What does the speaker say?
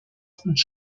und